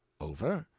over!